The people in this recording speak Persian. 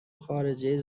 خارجه